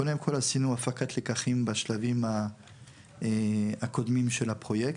קודם כל עשינו הפקת לקחים בשלבים הקודמים של הפרויקט.